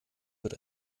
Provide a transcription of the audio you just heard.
wird